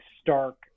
stark